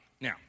now